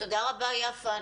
תודה רבה, יפה.